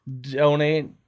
donate